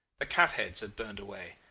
the cat-heads had burned away,